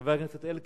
חבר הכנסת אלקין?